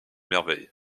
merveilles